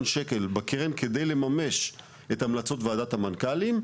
שקלים כדי לממש את המלצות ועדת המנכ"לים,